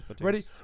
ready